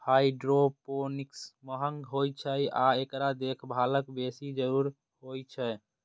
hydroponics महंग होइ छै आ एकरा देखभालक बेसी जरूरत होइ छै